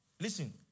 Listen